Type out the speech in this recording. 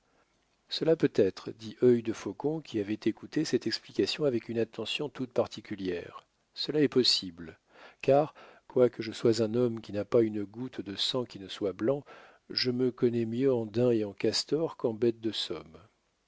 cela peut être dit œil de faucon qui avait écouté cette explication avec une attention toute particulière cela est possible car quoique je sois un homme qui n'a pas une goutte de sang qui ne soit blanc je me connais mieux en daims et en castor que bête de somme